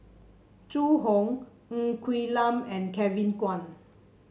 Zhu Hong Ng Quee Lam and Kevin Kwan